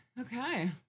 Okay